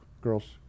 Girls